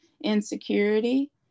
insecurity